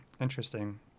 interesting